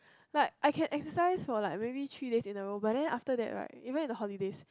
like I can exercise for like maybe three days in a row but then after that right even in the holidays